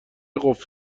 قفل